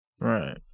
Right